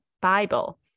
Bible